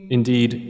Indeed